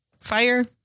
Fire